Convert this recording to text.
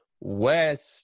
West